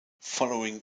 following